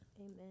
Amen